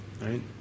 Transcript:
right